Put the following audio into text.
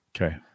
Okay